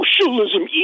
socialism